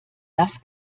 das